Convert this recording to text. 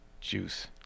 Juice